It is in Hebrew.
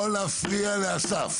לא להפריע לאסף.